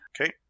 Okay